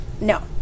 No